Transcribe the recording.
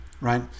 right